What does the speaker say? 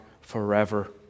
forever